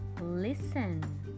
Listen